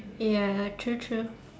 ya true true